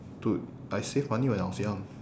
dude I saved money when I was young